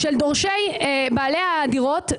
שדורשים בעלי הדירות,